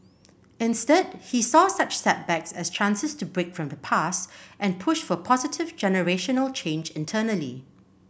instead he saw such setbacks as chances to break from the past and push for positive generational change internally